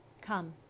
Come